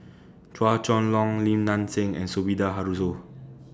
Chua Chong Long Lim Nang Seng and Sumida Haruzo